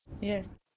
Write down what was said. Yes